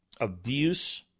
abuse